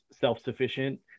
self-sufficient